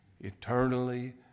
eternally